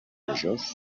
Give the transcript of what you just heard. majors